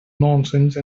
nonsense